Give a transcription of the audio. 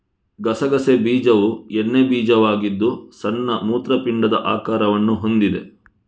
ಗಸಗಸೆ ಬೀಜವು ಎಣ್ಣೆ ಬೀಜವಾಗಿದ್ದು ಸಣ್ಣ ಮೂತ್ರಪಿಂಡದ ಆಕಾರವನ್ನು ಹೊಂದಿದೆ